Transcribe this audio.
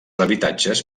habitatges